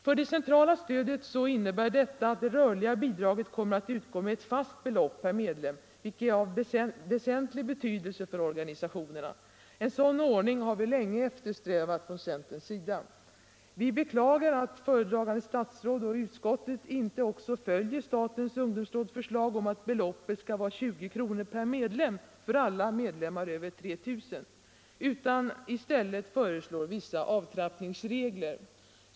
För det centrala stödet innebär detta att det rörliga bidraget kommer att utgå med ett fast belopp per medlem, vilket är av väsentlig betydelse för organisationerna. En sådan ordning har vi länge eftersträvat från centerns sida. Vi beklagar att föredragande statsråd och utskottet inte också följer statens ungdomsråds förslag om att beloppet skall vara 20 kr. per medlem för alla medlemmar över 3 000, utan i stället föreslår vissa avtrappningsregler.